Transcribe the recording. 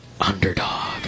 underdog